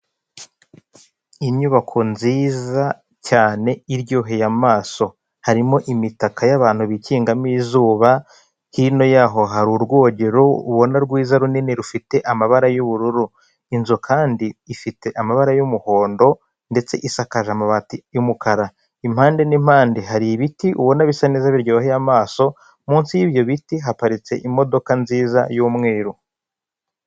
Inyubako nziza cyane iryoheye amaso, harimo imitaka y'abantu bikingamo izuba, hino yaho hari urwogero ubona rwiza runini rufite amabara y'ubururu, inzu kandi ifite amabara y'umuhondo ndetse isakaje amabati y'umukara, impande n'impande hari ibiti ubona bisa neza biryoheye amaso munsi yibyo biti haparitse imodoka nziza y'umweru.